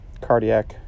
cardiac